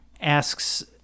asks